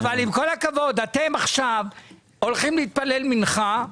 אתם עכשיו הולכים להתפלל מנחה,